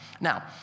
Now